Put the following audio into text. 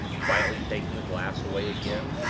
quietly taking the glass away again.